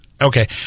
Okay